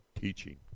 teaching